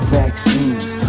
vaccines